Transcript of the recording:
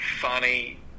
funny